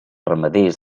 ramaders